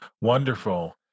Wonderful